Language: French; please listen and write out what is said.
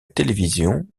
télévision